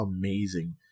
amazing